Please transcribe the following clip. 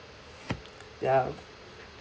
ya